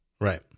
Right